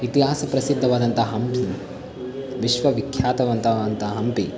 ಇತಿಹಾಸ ಪ್ರಸಿದ್ಧವಾದಂತಹ ಹಂಪಿ ವಿಶ್ವವಿಖ್ಯಾತವಾದಂಥ ಹಂಪಿ